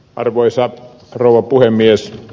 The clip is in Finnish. arvoisa rouva puhemies